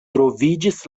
troviĝis